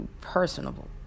personable